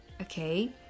okay